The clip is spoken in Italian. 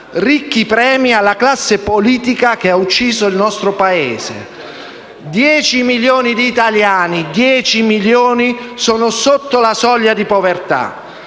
ricchi premi dati alla classe politica che ha ucciso il nostro Paese. Dieci milioni di italiani sono sotto la soglia di povertà;